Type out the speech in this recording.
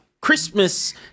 christmas